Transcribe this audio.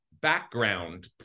background